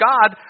God